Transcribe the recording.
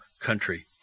country